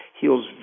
Heals